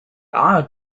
are